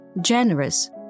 Generous